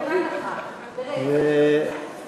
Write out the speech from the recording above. בבת-אחת, ברצף.